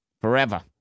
forever